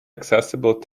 accessible